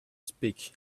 speak